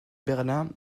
berlin